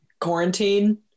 quarantine